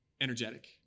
energetic